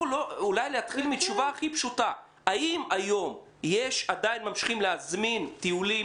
אולי נתחיל מן התשובה הכי פשוטה: האם היום עדיין ממשיכים להזמין מסעות?